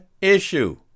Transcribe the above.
issue